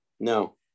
No